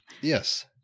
Yes